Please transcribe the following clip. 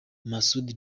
masud